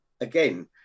again